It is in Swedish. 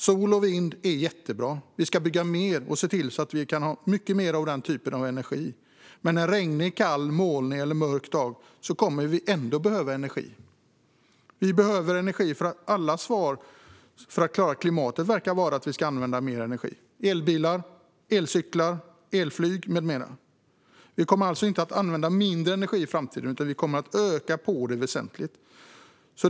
Sol och vind är jättebra, och vi ska bygga mer och se till att ha mycket mer av den typen av energi. Men vi kommer att behöva energi också en regnig, kall, molnig eller mörk dag. Vi behöver också energi för att alla svar för att klara klimatet verkar vara att vi ska använda mer energi i form av elbilar, elcyklar, elflyg med mera. Vi kommer alltså inte att använda mindre energi i framtiden, utan väsentligt mer.